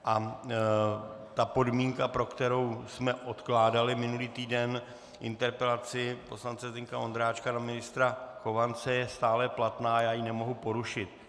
A ta podmínka, pro kterou jsme odkládali minulý týden interpelaci poslance Zdeňka Ondráčka na ministra Chovance, je stále platná, já ji nemohu porušit.